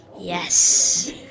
yes